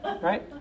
Right